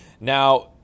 Now